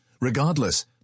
Regardless